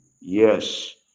Yes